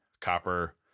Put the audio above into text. copper